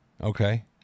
Okay